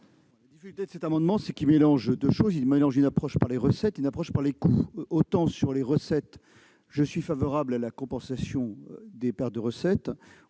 La difficulté que pose cet amendement est qu'il mélange deux choses : une approche par les recettes et une approche par les coûts. Autant je suis favorable à la compensation des pertes de recettes,